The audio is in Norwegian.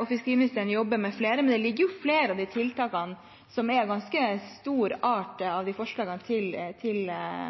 og fiskeriministeren jobber med flere, men det ligger også enda flere tiltak, som er ganske